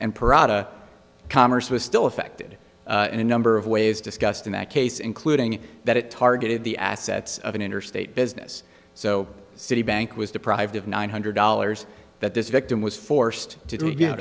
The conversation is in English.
parata commerce was still affected in a number of ways discussed in that case including that it targeted the assets of an interstate business so citibank was deprived of nine hundred dollars that this victim was forced to do you know